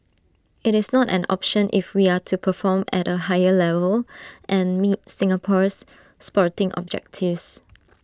IT is not an option if we are to perform at A higher level and meet Singapore's sporting objectives